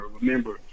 Remember